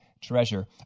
treasure